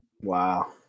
Wow